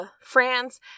France